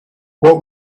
what